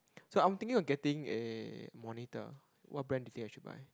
so I'm thinking of getting a monitor what brand do you think I should buy